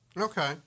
okay